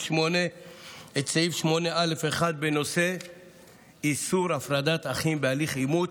8 את סעיף 8א1 בנושא איסור הפרדת אחים בהליך אימוץ,